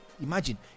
Imagine